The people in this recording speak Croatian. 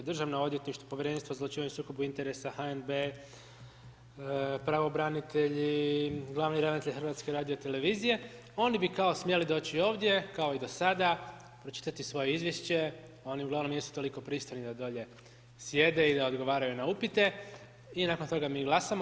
Državna odvjetništva, Povjerenstvo za odlučivanje o sukobu interesa, HNB, pravobranitelji, glavni ravnatelj HRT-a, oni bi kao smjeli doći ovdje, kao i do sada, pročitati svoje izvješće, oni uglavnom jesu toliko pristojni da dolje sjede i da odgovaraju na upite i nakon toga mi glasamo.